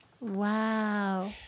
Wow